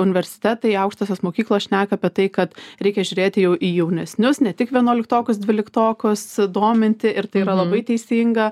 universitetai aukštosios mokyklos šneka apie tai kad reikia žiūrėt jau į jaunesnius ne tik vienuoliktokus dvyliktokus dominti ir tai yra labai teisinga